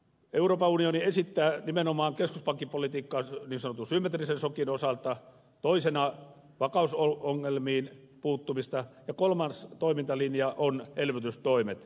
euroopan unioni esittää nimenomaan keskuspankkipolitiikkaa niin sanotun symmetrisen sokin osalta toisena vakausongelmiin puuttumista ja kolmas toimintalinja on elvytystoimet